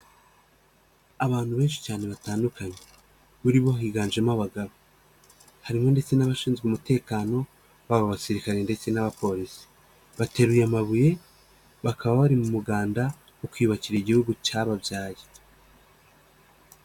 Abantu benshi cyane batandukanye, muri bo higanjemo abagabo, harimo ndetse n'abashinzwe umutekano w'abo basirikare ndetse n'abapolisi bateruye amabuye bakaba bari mu muganda wo kwiyubakira igihugu cyababyaye.